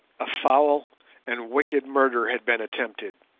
a foul and wicked murder had been attempted,